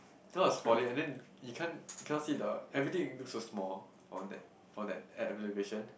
then I was falling and then you can't you cannot see the everything looks so small from that from that e~ elevation